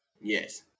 Yes